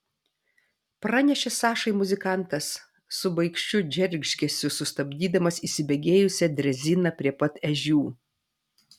pranešė sašai muzikantas su baikščių džeržgesiu sustabdydamas įsibėgėjusią dreziną prie pat ežių